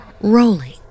rolling